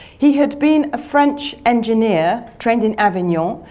he had been a french engineer, trained in avignon.